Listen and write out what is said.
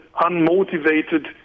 unmotivated